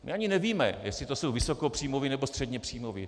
My ani nevíme, jestli to jsou vysokopříjmoví, nebo středněpříjmoví.